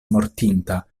mortinta